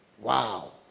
Wow